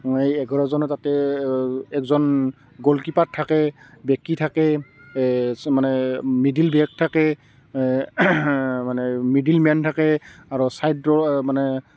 এই এঘাৰজনৰ তাতে একজন গোলকীপাৰ থাকে বেকি থাকে এই মানে মিডল বেক থাকে মানে মিডিলমেন থাকে আৰু ছাইডৰ মানে